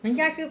人家是